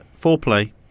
foreplay